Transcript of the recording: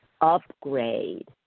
upgrade